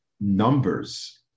numbers